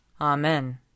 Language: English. Amen